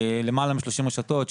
למעלה מ-30 רשתות,